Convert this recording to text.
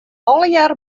allegearre